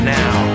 now